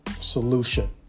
solution